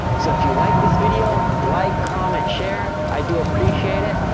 so if you like this video, like, comment, share. i do appreciate it,